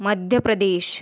Madhya Pradesh